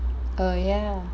err ya ya